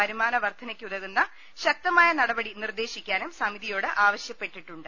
വരുമാന വർദ്ധനയ്ക്കുതകുന്ന ശക്തമായ നടപടി നിർദ്ദേശിക്കാനും സമിതിയോട് ആവശ്യപ്പെട്ടിട്ടുണ്ട്